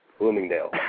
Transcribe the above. Bloomingdale